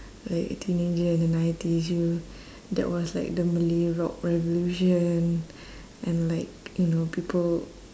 like a teenager in the nineties ya that was like the malay rock revolution and like people